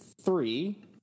three